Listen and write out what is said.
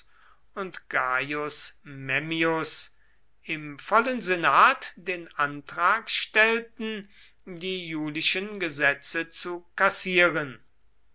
und gaius memmius im vollen senat den antrag stellten die julischen gesetze zu kassieren